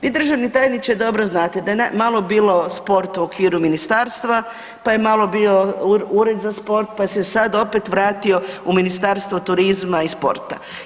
Vi državni tajniče, dobro znate da je malo bilo sporta u okviru ministarstva pa je malo bi Ured za sport pa se sad opet vratio u Ministarstvo turizma i sporta.